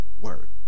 word